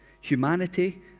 humanity